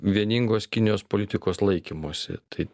vieningos kinijos politikos laikymosi tai